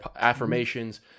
affirmations